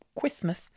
Christmas